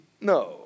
No